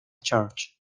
church